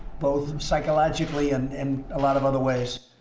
both psychologically, and and a lot of other ways.